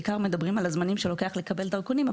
בעיקר מדברים על הזמנים שלוקח לקבל דרכונים,